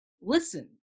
listen